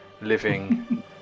living